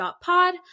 Pod